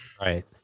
Right